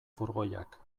furgoiak